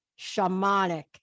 Shamanic